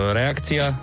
reakcia